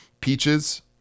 Peaches